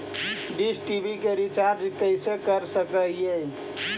Dish TV के recharge कैसे कर सक हिय?